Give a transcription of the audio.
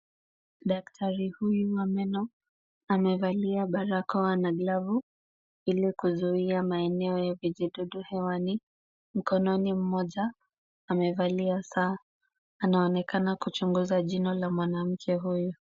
Daktari huyu wa meno amevalia barakoa na glavu ili kuzuia maeneo ya vijidudu hewani. Mkononi mmoja amevalia saa. Anaonekana kuchunguza jino la mwanamke huyu.